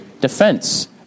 defense